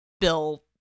Bill